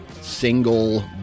single